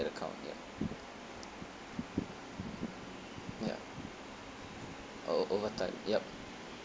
account ya ya o~ over time yup